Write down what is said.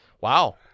Wow